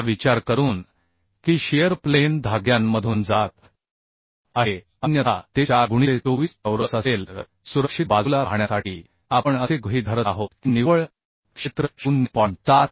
असा विचार करून की शिअर प्लेन धाग्यांमधून जात आहे अन्यथा ते 4 गुणिले 24 चौरस असेल तर सुरक्षित बाजूला राहण्यासाठी आपण असे गृहीत धरत आहोत की निव्वळ क्षेत्र 0